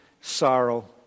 sorrow